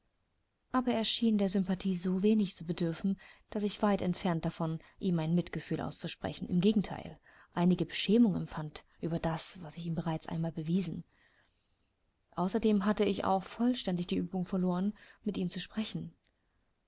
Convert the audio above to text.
aber er schien der sympathie so wenig zu bedürfen daß ich weit entfernt davon ihm mein mitgefühl auszusprechen im gegenteil einige beschämung empfand über das was ich ihm bereits einmal bewiesen außerdem hatte ich auch vollständig die übung verloren mit ihm zu sprechen